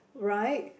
right